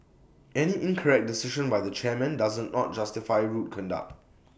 any incorrect decision by the chairman does not justify rude conduct